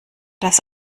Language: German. das